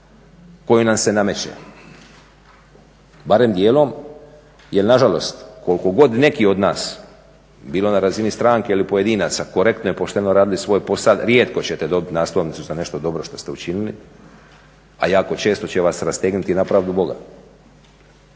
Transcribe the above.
koju nam se nameće, barem dijelom. Jer nažalost koliko god neki od nas, bilo na razini stranke ili pojedinaca, korektno i pošteno radili svoj posao rijetko ćete dobiti naslovnicu za nešto dobro što ste učinili a jako često će vas rastegnuti na pravdu Boga.